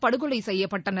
படுகொலை செய்யப்பட்டனர்